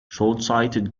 shortsighted